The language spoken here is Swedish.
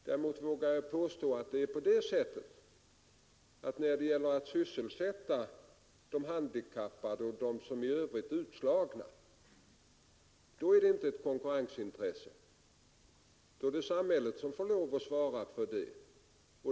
Däremot vågar jag påstå att när det gäller att sysselsätta de handikappade och dem som i övrigt är utslagna, så förekommer ingen konkurrens — det får samhället lov att svara för.